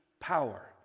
power